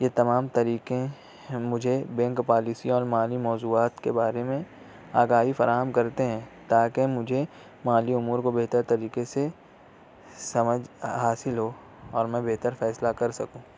یہ تمام طریقے مجھے بینک پالیسیوں اور مالی موضوعات کے بارے میں آگاہی فراہم کرتے ہیں تاکہ مجھے مالی امور کو بہتر طریقے سے سمجھ حاصل ہو اور میں بہتر فیصلہ کر سکوں